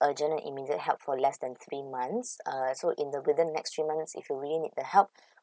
urgent and immediate help for less than three months uh so in the within next three months if you really need the help